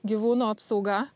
gyvūnų apsauga